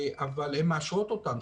אבל הן מאשרות אותם.